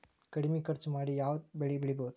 ಕಡಮಿ ಖರ್ಚ ಮಾಡಿ ಯಾವ್ ಬೆಳಿ ಬೆಳಿಬೋದ್?